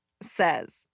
says